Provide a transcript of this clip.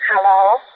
Hello